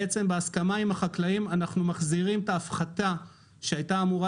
בהסכמה עם החקלאים אנחנו מחזירים את ההפחתה שהייתה אמורה